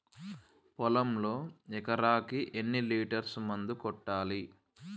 పొలంలో ఎకరాకి ఎన్ని లీటర్స్ మందు కొట్టాలి?